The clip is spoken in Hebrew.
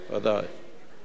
ודאי, ודאי.